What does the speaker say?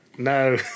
No